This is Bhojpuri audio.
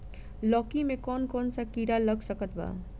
लौकी मे कौन कौन सा कीड़ा लग सकता बा?